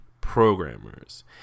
programmers